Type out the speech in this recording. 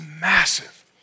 massive